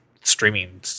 streaming